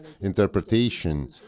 interpretation